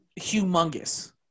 humongous